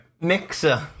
mixer